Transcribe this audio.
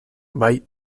bai